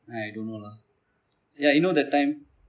I don't know lah ya you know that time